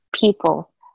people's